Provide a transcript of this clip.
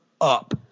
up